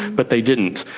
but they didn't.